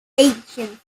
ancient